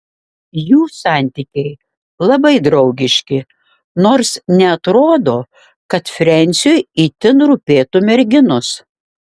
jų santykiai labai draugiški nors neatrodo kad frensiui itin rūpėtų merginos